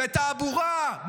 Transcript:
בתעבורה,